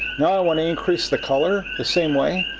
now i want to increase the color the same way.